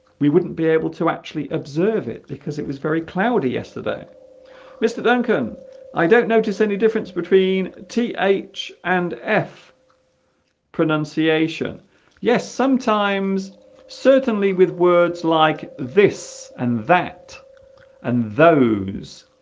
we wouldn't be able to actually observe it because it was very cloudy yesterday mr. duncan i don't notice any difference between t h and f pronunciation yes sometimes certainly with words like this and that and those